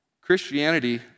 Christianity